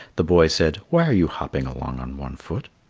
the boy said, why are you hopping along on one foot?